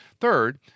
Third